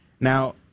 Now